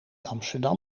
amsterdam